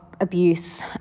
abuse